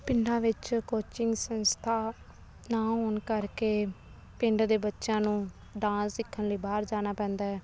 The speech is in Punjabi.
ਪਿੰਡਾਂ ਵਿੱਚ ਕੋਚਿੰਗ ਸੰਸਥਾ ਨਾ ਹੋਣ ਕਰਕੇ ਪਿੰਡਾਂ ਦੇ ਬੱਚਿਆਂ ਨੂੰ ਡਾਂਸ ਸਿੱਖਣ ਲਈ ਬਾਹਰ ਜਾਣਾ ਪੈਂਦਾ ਹੈ